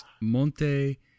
Monte